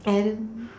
and